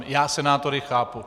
Já senátory chápu.